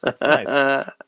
Nice